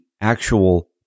actual